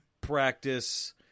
practice